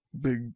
big